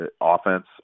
offense